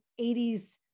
80s